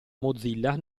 mozilla